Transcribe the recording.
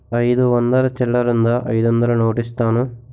అయిదు వందలు చిల్లరుందా అయిదొందలు నోటిస్తాను?